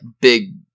big